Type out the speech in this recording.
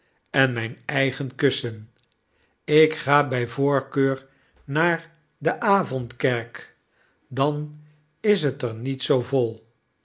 en myn eigen kussen ik ga by voorkeur naar de avondkerk dan is het er niet zoo vol